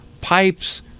pipes